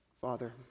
Father